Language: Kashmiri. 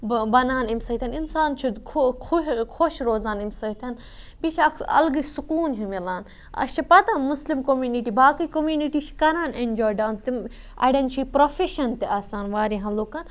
بہٕ بَنان امہِ سۭتۍ اِنسان چھُ خۄش روزان امہِ سۭتۍ بیٚیہِ چھِ اَکھ سُہ الگٕے سکوٗن ہیوٗ مِلان اَسہِ چھِ پَتہ مُسلِم کوٚمِنِٹی باقٕے کوٚمِنِٹی چھِ کَران اٮ۪نجاے ڈانس تِم اَڑٮ۪ن چھِ یہِ پرٛوفٮ۪شَن تہِ آسان واریاہَن لُکَن